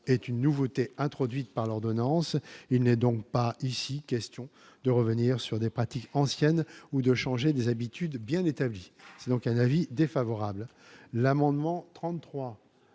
est une nouveauté introduite par l'ordonnance, il n'est donc pas ici question de revenir sur des pratiques anciennes ou de changer des habitudes bien établie, c'est donc un avis défavorable à l'amendement 33.